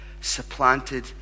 Supplanted